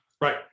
Right